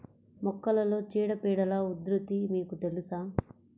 మొక్కలలో చీడపీడల ఉధృతి మీకు తెలుసా?